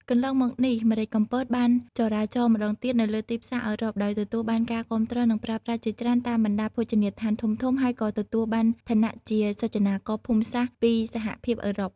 កន្លងមកនេះ ម្រេចកំពត បានចរាចរម្តងទៀតនៅលើទីផ្សារអឺរ៉ុប ដោយទទួលបានការគាំទ្រ និងប្រើប្រាស់ជាច្រើនតាមបណ្តាភោជនីយដ្ឋានធំៗ ហើយក៏ទទួលបានឋានៈជាសុចនាករភូមិសាស្រ្តពីសហភាពអឺរ៉ុប។